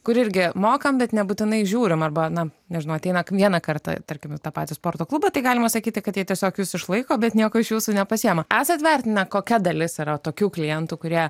kur irgi mokame bet nebūtinai žiūrime arba na nežinau ateina vieną kartą tarkim į tą patį sporto klubą tai galima sakyti kad jie tiesiog jus išlaiko bet nieko iš jūsų nepasiima esat vertina kokia dalis yra tokių klientų kurie